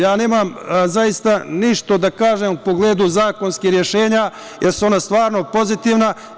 Ja nemam zaista ništa da kažem u pogledu zakonskih rešenja, jer su ona stvarno pozitivna.